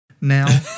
now